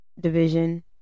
division